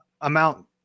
amount